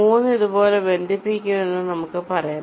3 ഇതുപോലെ ബന്ധിപ്പിക്കുമെന്ന് നമുക്ക് പറയാം